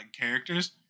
characters